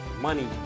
money